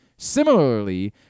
Similarly